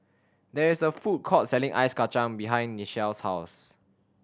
there is a food court selling ice kacang behind Nichelle's house